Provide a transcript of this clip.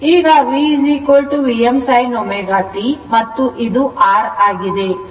ಈಗ V Vm sin ω t ಮತ್ತು ಇದು R